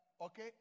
okay